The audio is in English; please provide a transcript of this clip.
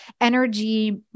energy